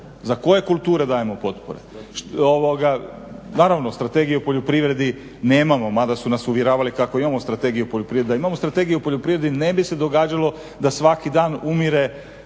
za koje kulture dajemo potpore. Naravno, strategije u poljoprivredi nemamo mada su nas uvjeravali kako imamo strategije u poljoprivredi. Da imamo strategije u poljoprivredi ne bi se događalo da svaki dan umire